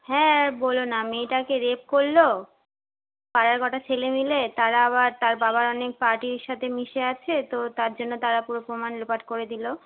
হ্যাঁ আর বোলো না মেয়েটাকে রেপ করল পাড়ার কটা ছেলে মিলে তারা আবার তার বাবার অনেক পার্টির সাথে মিশে আছে তো তার জন্য তারা পুরো প্রমাণ লোপাট করে দিল